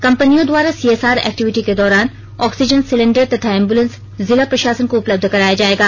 कंपनियों द्वारा CSR activity के दौरान ऑक्सीजन सिलेंडर तथा एंबुलेंस जिला प्रशासन को उपलब्ध कराया जाएगा